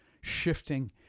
shifting